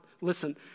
Listen